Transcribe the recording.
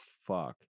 fuck